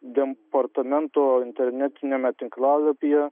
departamento internetiniame tinklalapyje